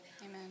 Amen